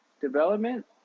Development